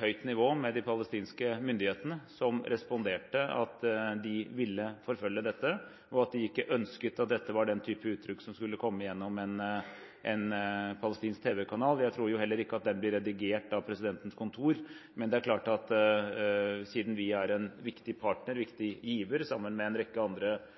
høyt nivå med de palestinske myndighetene, som responderte at de ville forfølge dette, og at de ikke ønsket at den type uttrykk skulle komme gjennom en palestinsk tv-kanal. Jeg tror jo heller ikke at den blir redigert av presidentens kontor, men det er klart at siden vi er en viktig partner og en viktig giver sammen med en rekke andre